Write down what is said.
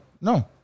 no